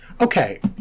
okay